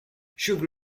sugar